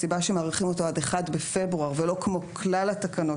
הסיבה שמאריכים אותו עד ה-1 לפברואר ולא כמו כלל התקנות